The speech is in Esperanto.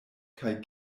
kaj